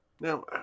now